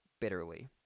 bitterly